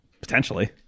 potentially